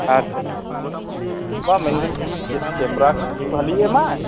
ᱟᱪᱪᱷᱟ ᱪᱷᱟ ᱪᱷᱟ ᱵᱟᱝ ᱢᱮᱱᱮᱫᱟᱹᱧ ᱪᱮᱫ ᱠᱮᱢᱨᱟ ᱠᱚ ᱠᱤ ᱵᱷᱟᱞᱮᱭ ᱮᱢᱟᱭ